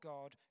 God